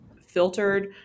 filtered